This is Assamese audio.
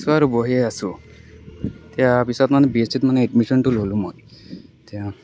আছো আৰু বহি আছোঁ ইয়াৰ পিছত মানে বি এছ চিত এডমিচনটো ল'লো মই এতিয়া